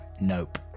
nope